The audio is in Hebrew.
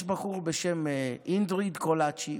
יש בחור בשם אינדריט קולשי,